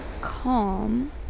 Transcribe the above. calm